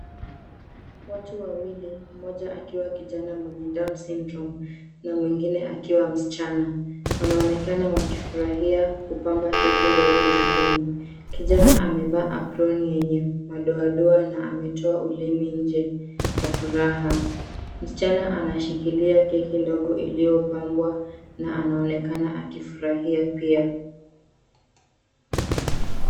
Watu wawili mmoja akiwa kijana mwenye down syndrome na mwengine akiwa msichana. Wanaonekana wakifurahia kupamba keki ndogo jikoni. Kijana amevaa aproni yenye madoadoa na ametoa ulimi nje kwa furaha. Msichana anashikilia keki ndogo iliyopambwa na anaonekana akifurahia pia.